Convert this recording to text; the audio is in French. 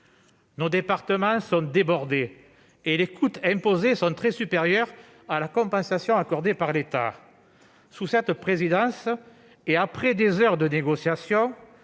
Nos départements sont débordés et les coûts imposés sont très supérieurs à la compensation accordée par l'État. Sous l'actuelle présidence, et après des heures de négociation,